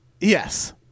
Yes